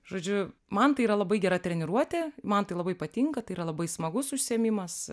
žodžiu man tai yra labai gera treniruotė man tai labai patinka tai yra labai smagus užsiėmimas